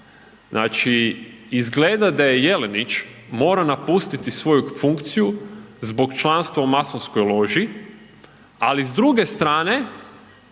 Znači, izgleda da je Jelenić morao napustiti svoju funkciju zbog članstva u masonskoj loži. Ali s druge strane